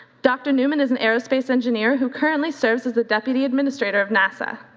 dr. newman is an aerospace engineer who currently serves as the deputy administrator of nasa.